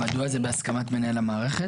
מדוע זה בהסכמת מנהל המערכת?